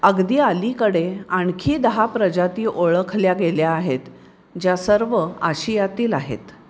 अगदी अलीकडे आणखी दहा प्रजाती ओळखल्या गेल्या आहेत ज्या सर्व आशियातील आहेत